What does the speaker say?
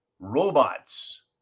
Robots